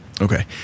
Okay